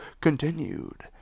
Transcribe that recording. continued